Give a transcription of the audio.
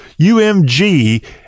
UMG